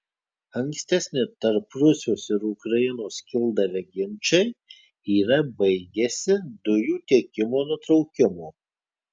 ankstesni tarp rusijos ir ukrainos kildavę ginčai yra baigęsi dujų tiekimo nutraukimu